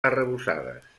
arrebossades